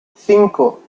cinco